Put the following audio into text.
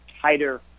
tighter